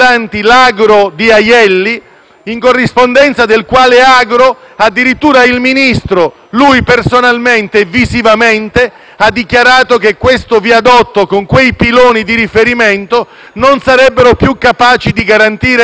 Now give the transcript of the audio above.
in corrispondenza dei quali addirittura il Ministro - lui personalmente e visivamente - ha dichiarato che questi viadotti, con quei piloni di riferimento, non sarebbero più capaci di garantire l'esercizio autostradale.